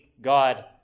God